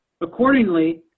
Accordingly